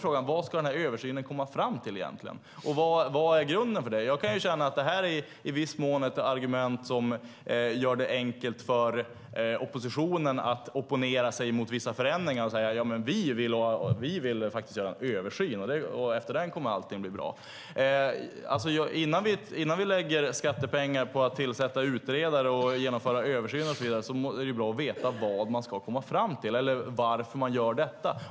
Frågan är vad den översynen ska komma fram till och vad som är grunden för den. Jag kan känna att det i viss mån är ett argument som gör det enkelt för oppositionen att opponera sig mot vissa förändringar och säga: Vi vill faktiskt göra en översyn, och efter den kommer allt att bli bra. Innan vi lägger skattepengar på att tillsätta utredare och genomföra översyner är det bra att veta vad man ska komma fram till eller varför man gör det.